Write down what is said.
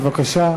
בבקשה.